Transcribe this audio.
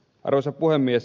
arvoisa puhemies